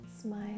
Smile